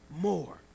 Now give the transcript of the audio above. more